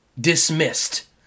dismissed